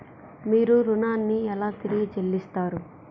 మీరు ఋణాన్ని ఎలా తిరిగి చెల్లిస్తారు?